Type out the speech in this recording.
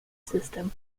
system